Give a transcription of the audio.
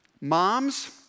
Moms